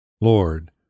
Lord